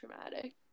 traumatic